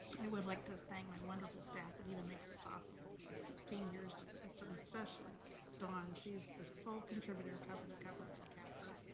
i would like to thank my wonderful staff that even makes it possible for sixteen years of this, and especially dawn. she's the sole contributor, cover to cover, for the cafr.